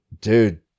dude